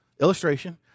illustration